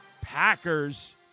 Packers